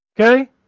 okay